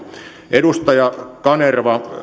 edustaja kanerva